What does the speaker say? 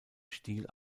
stil